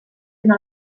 una